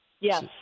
Yes